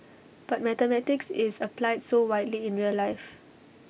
but mathematics is applied so widely in real life